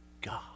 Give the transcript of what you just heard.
God